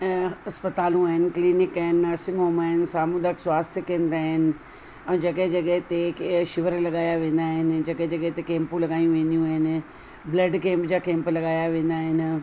अस्पतालूं आहिनि क्लीनिक आहिनि नर्सिंग होम आहिनि सामुदायक स्वास्थय केंद्र आहिनि ऐं जॻहि जॻहि ते शिविर लॻाया वेंदा आहिनि जॻहि जॻहि ते कैंपूं लॻायूं वेंदियूं आहिनि ब्लड केंप जा केंप लॻाया वेंदा आहिनि